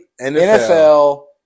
NFL